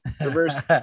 reverse